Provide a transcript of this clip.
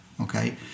okay